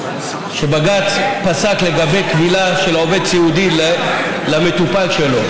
בג"ץ פסק לגבי כבילה של עובד סיעודי למטופל שלו.